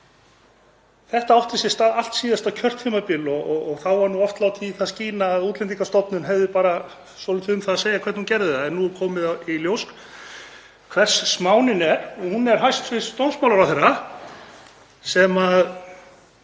Þetta átti sér stað allt síðasta kjörtímabil og þá var oft látið í það skína að Útlendingastofnun hefði bara svolítið um það að segja hvernig hún gerði það. En nú er komið í ljós hvers smánin er og hún er hæstv. dómsmálaráðherra sem